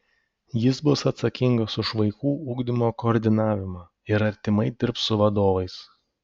jis bus atsakingas už vaikų ugdymo koordinavimą ir artimai dirbs su vadovais